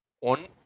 On